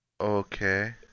Okay